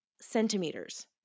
centimeters